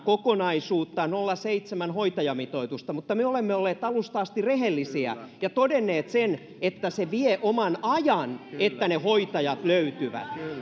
kokonaisuutta nolla pilkku seitsemän hoitajamitoitusta mutta me olemme olleet alusta asti rehellisiä ja todenneet sen että se vie oman ajan että ne hoitajat löytyvät